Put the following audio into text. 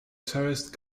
terraced